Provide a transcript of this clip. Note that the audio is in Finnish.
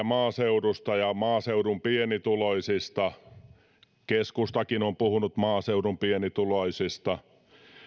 maaseudusta ja maaseudun pienituloisista keskustakin on puhunut maaseudun pienituloisista